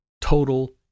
total